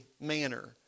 manner